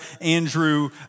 Andrew